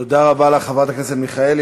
תודה רבה לך, חברת הכנסת מיכאלי.